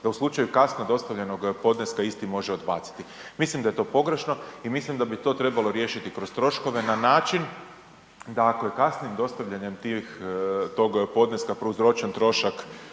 da u slučaju kasno dostavljenog podneska isti može odbaciti. Mislim da je to pogrešno i mislim da bi to trebalo riješiti kroz troškove na način da ako je kasnijim dostavljanjem tih, tog podneska prouzročen trošak